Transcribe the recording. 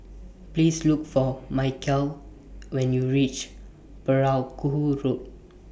Please Look For when YOU REACH Perahu Road